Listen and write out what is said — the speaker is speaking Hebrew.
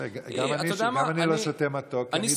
תראה, גם אני לא שותה מתוק כי אני התבגרתי.